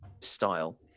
style